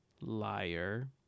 liar